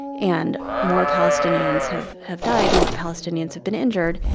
and more palestinians have have died more palestinians have been injured.